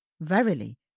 Verily